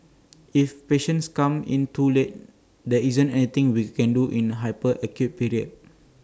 if patients come in too late there isn't anything we can do in the hyper acute period